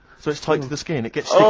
so it's tight to the skin, it gets